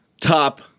top